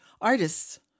Artists